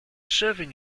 serving